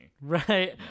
right